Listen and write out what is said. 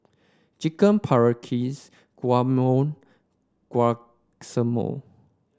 Chicken Paprikas Guacamole